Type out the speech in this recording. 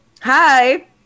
hi